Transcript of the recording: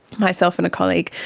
myself and a colleague,